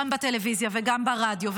גם בטלוויזיה וגם ברדיו,